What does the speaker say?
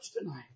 tonight